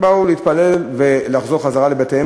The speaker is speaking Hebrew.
באו להתפלל ולחזור לבתיהם,